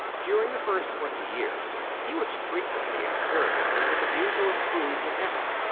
during the first twenty years, he was frequently experimenting with a view to improve the hammer.